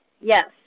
Yes